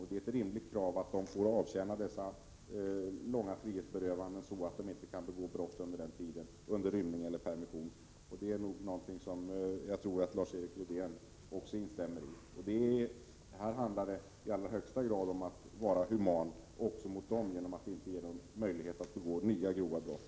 Det är ett rimligt krav att de får avtjäna dessa långa frihetsberövanden på ett sådant sätt att de inte kan begå brott under den tiden — under rymning eller permission. Det är någonting som jag tror att Lars-Erik Lövdén också instämmer i. Här handlar det i allra högsta grad om att vara human också mot dem, genom att inte ge dem möjlighet att begå nya grova brott.